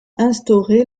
instauré